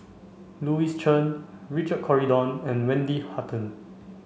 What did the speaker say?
Louis Chen Richard Corridon and Wendy Hutton